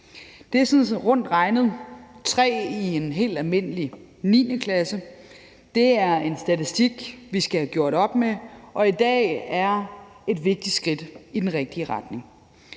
Det er sådan rundt regnet 3 i en helt almindelig 9.-klasse. Det er en statistik, vi skal have gjort op med, og i dag tages et vigtigt skridt i den rigtige retning.